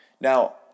Now